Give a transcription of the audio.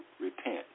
repent